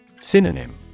Synonym